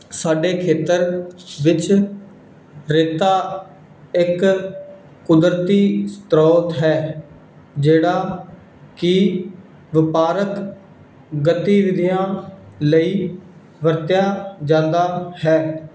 ਸਾਡੇ ਖੇਤਰ ਵਿੱਚ ਰੇਤਾ ਇੱਕ ਕੁਦਰਤੀ ਸਰੋਤ ਹੈ ਜਿਹੜਾ ਕਿ ਵਪਾਰਕ ਗਤੀਵਿਧੀਆਂ ਲਈ ਵਰਤਿਆ ਜਾਂਦਾ ਹੈ